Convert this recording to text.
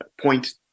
point